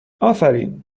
آفرین